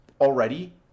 already